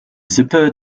sippe